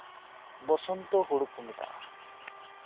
ᱵᱚᱥᱚᱱᱛᱚ ᱦᱩᱲᱩ ᱠᱚ